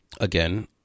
again